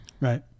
right